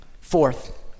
Fourth